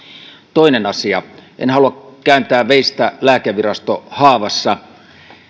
toinen asia en halua kääntää veistä lääkevirastohaavassa